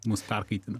mus perkaitina